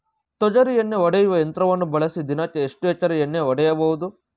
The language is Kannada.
ತೊಗರಿ ಎಣ್ಣೆ ಹೊಡೆಯುವ ಯಂತ್ರವನ್ನು ಬಳಸಿ ದಿನಕ್ಕೆ ಎಷ್ಟು ಎಕರೆ ಎಣ್ಣೆ ಹೊಡೆಯಬಹುದು?